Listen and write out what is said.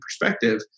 perspective